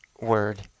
word